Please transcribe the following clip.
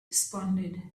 responded